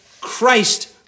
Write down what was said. Christ